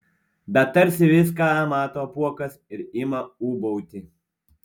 bet tarsi viską mato apuokas ir ima ūbauti